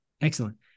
Excellent